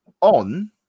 on